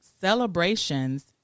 celebrations